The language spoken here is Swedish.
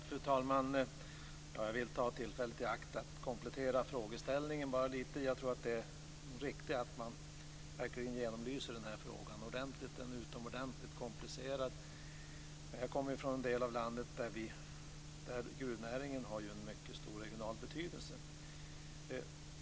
Fru talman! Jag vill ta tillfället i akt att komplettera frågeställningen lite grann. Jag tror att det är riktigt att man verkligen genomlyser denna fråga ordentligt. Den är utomordentligt komplicerad. Jag kommer från en del av landet där gruvnäringen har en mycket stor regional betydelse.